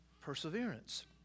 perseverance